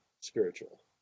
spiritual